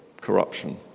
corruption